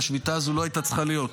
השביתה הזו לא הייתה צריכה להיות.